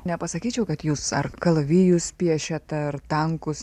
nepasakyčiau kad jūs ar kalavijus piešiat ar tankus